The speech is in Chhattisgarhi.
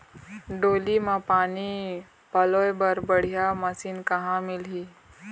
डोली म पानी पलोए बर बढ़िया मशीन कहां मिलही?